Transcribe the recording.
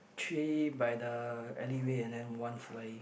three by the alley way and then one fly